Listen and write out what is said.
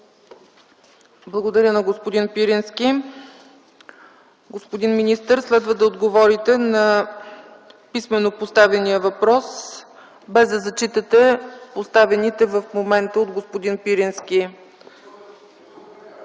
Благодаря на господин Пирински. Господин министър, следва да отговорите на писмено поставения въпрос, без да зачитате поставените в момента от господин Пирински.